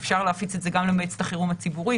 אפשר להפיץ את זה גם למועצת החירום הציבורית.